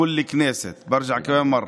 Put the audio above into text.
בכל הכנסת, אני חוזר עוד פעם,